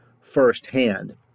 firsthand